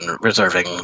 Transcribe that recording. reserving